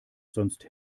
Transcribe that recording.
sonst